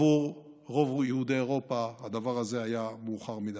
עבור רוב יהודי אירופה הדבר הזה היה מאוחר מדי.